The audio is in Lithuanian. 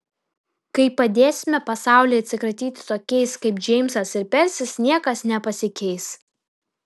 kai padėsime pasauliui atsikratyti tokiais kaip džeimsas ir persis niekas nepasikeis